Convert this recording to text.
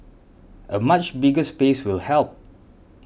a much bigger space will help